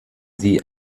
sie